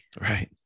Right